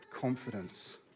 confidence